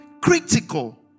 critical